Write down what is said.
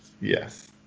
Yes